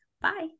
Bye